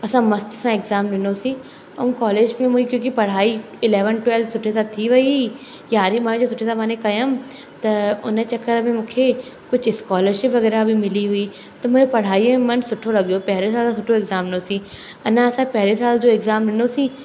असां मस्त सां एग्ज़ाम ॾिनोसीं ऐं कॉलेज बि मां क्योकि पढ़ाई इलैवंथ ट्वैल्थ सुठे सां थी वई यारहें ॿारहें मां सुठे सां कयमि त उन चकर में मूंखे कुझु स्कॉलरशिप वग़ैराह बि मिली हुई त मुंहिंजो पढ़ाईअ में मनु सुठो लॻियो पहिरे सालु सुठो एग़्जाम ॾिनोसीं अञा असां पहिरे साल जो एग्ज़ाम ॾिनोसीं